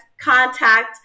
contact